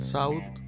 South